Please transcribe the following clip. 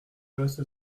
vaste